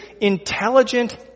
intelligent